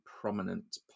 prominent